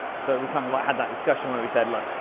so we kind of like had that discussion where we said look,